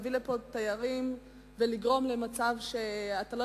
להביא לפה תיירים ולגרום למצב שאתה לא